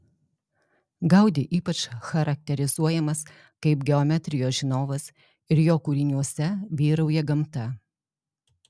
gaudi ypač charakterizuojamas kaip geometrijos žinovas ir jo kūriniuose vyrauja gamta